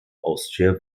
austria